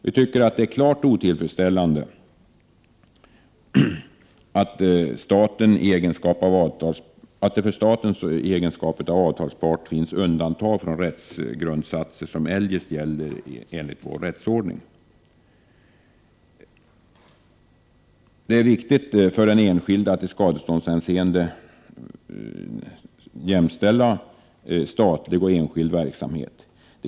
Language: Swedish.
Vi tycker att det är klart otillfredsställande att det för staten i egenskap av avtalspart finns undantag från rättsgrundsatser som eljest gäller enligt vår rättsordning. Det är viktigt för den enskilde att man i skadeståndshänseende jämställer statlig och enskild verksamhet.